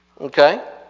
Okay